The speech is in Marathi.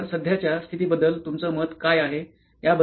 तर सध्याच्या स्थितीबद्दल तुमचं मत काय आहे